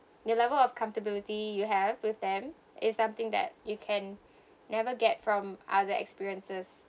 the level of comfortability you have with them is something that you can never get from other experiences